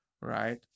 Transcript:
right